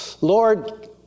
Lord